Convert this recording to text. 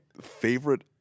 Favorite